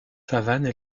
savanes